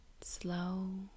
slow